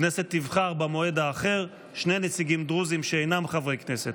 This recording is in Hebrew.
הכנסת תבחר במועד האחר שני נציגים דרוזים שאינם חברי הכנסת.